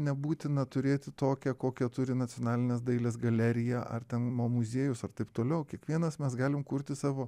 nebūtina turėti tokią kokią turi nacionalinės dailės galerija ar ten mo muziejus ar taip toliau kiekvienas mes galim kurti savo